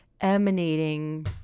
emanating